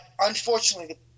unfortunately